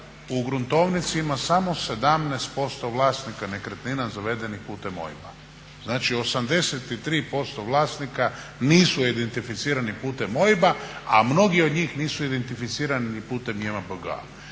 u gruntovnici ima samo 17% vlasnika nekretnina zavedenih putem OIB-a. Znači, 83% vlasnika nisu identificirani putem OIB-a, a mnogi od njih nisu identificirani ni putem JMBG-a.